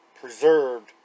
preserved